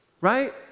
right